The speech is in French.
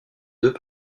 deux